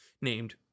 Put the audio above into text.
named